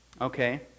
okay